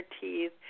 teeth